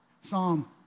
Psalm